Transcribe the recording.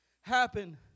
happen